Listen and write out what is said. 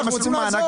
אנחנו רוצים לעזור.